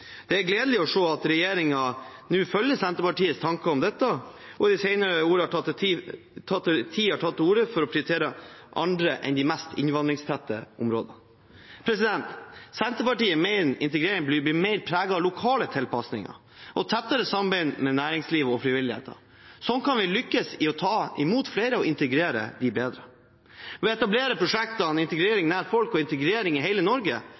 Det er gledelig å se at regjeringen nå følger Senterpartiets tanker om dette og i den senere tid har tatt til orde for å prioritere andre enn de mest innvandringstette områdene. Senterpartiet mener integrering bør bli mer preget av lokale tilpasninger og tettere samarbeid med næringslivet og frivilligheten. Slik kan vi lykkes med å ta imot flere og integrere dem bedre. Ved å etablere prosjektene «Integrering nær folk» og «Integrering i hele Norge»